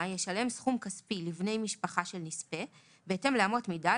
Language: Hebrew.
ישלם סכום כספי לבני משפחה של נספה בהתאם לאמות מידה,